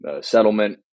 settlement